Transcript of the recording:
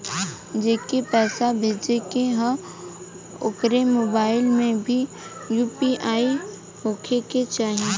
जेके पैसा भेजे के ह ओकरे मोबाइल मे भी यू.पी.आई होखे के चाही?